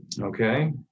Okay